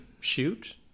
shoot